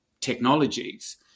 technologies